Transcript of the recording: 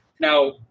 Now